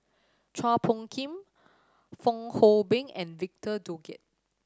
Chua Phung Kim Fong Hoe Beng and Victor Doggett